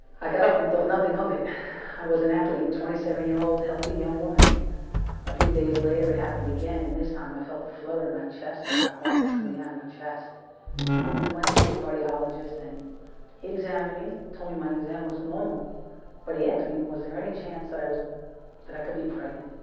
i got up, and thought nothing of it i was an athlete twenty seven year old healthy young woman a few, days later it happened again and this time i felt the flutter in my, chest like my heart was coming out of my chest i want to see the cardiologist and he examined me told me my exam was normal but he, asked, me was there any chance that i was that i could be pregnant?